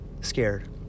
scared